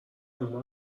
اون